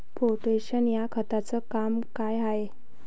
Potash या खताचं काम का हाय?